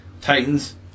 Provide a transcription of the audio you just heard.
Titans